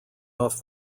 off